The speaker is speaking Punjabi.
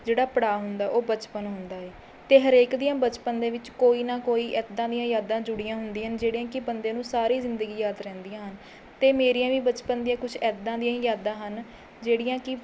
ਜਿਹੜਾ ਪੜਾਅ ਹੁੰਦਾ ਉਹ ਬਚਪਨ ਹੁੰਦਾ ਏ ਅਤੇ ਹਰੇਕ ਦੀਆਂ ਬਚਪਨ ਦੇ ਵਿੱਚ ਕੋਈ ਨਾ ਕੋਈ ਇੱਦਾਂ ਦੀਆਂ ਯਾਦਾਂ ਜੁੜੀਆਂ ਹੁੰਦੀਆਂ ਹਨ ਜਿਹੜੀਆਂ ਕਿ ਬੰਦੇ ਨੂੰ ਸਾਰੀ ਜ਼ਿੰਦਗੀ ਯਾਦ ਰਹਿੰਦੀਆਂ ਹਨ ਅਤੇ ਮੇਰੀਆਂ ਵੀ ਬਚਪਨ ਦੀਆਂ ਕੁਝ ਇੱਦਾਂ ਦੀਆਂ ਹੀ ਯਾਦਾਂ ਹਨ ਜਿਹੜੀਆਂ ਕਿ